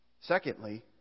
Secondly